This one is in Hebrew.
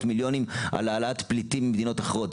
מיליונים על העלאת פליטים ממדינות אחרות?